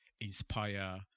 inspire